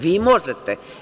Vi, možete.